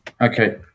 Okay